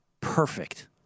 Perfect